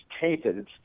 tainted